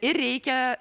ir reikia